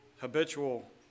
Habitual